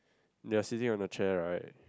they are sitting on the chair right